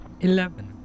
eleven